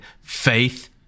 faith